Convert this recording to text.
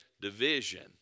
division